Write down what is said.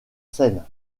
scène